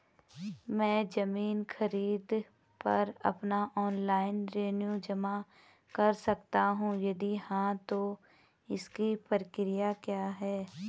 मैं ज़मीन खरीद पर अपना ऑनलाइन रेवन्यू जमा कर सकता हूँ यदि हाँ तो इसकी प्रक्रिया क्या है?